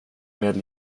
med